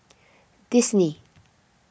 Disney